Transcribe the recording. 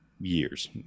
years